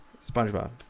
SpongeBob